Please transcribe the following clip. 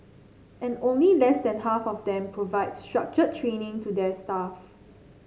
and only less than half of them provide structured training to their staff